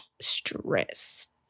stressed